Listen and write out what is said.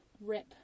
rip